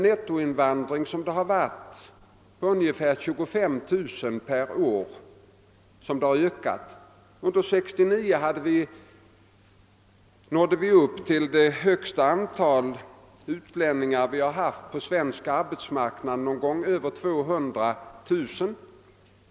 Nettoinvandringen har varit ungefär 25000 personer per år, och under 1969 nådde vi upp till det högsta antal utlänningar som någonsin funnits på svensk arbetsmarknad, mer än 200 000 personer.